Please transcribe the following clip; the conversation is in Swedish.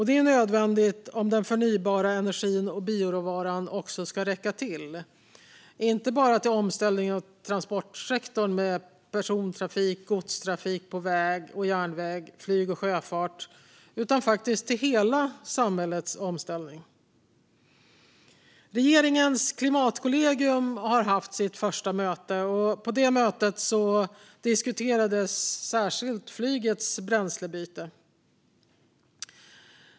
Det är nödvändigt om den förnybara energin och bioråvaran ska räcka, inte bara till omställningen av transportsektorn med persontrafik, godstrafik på väg och järnväg, flyg och sjöfart utan till hela samhällets omställning. Regeringens klimatkollegium har haft sitt första möte, och där diskuterades särskilt flygets bränslebyte.